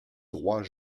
droits